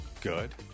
Good